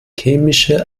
chemische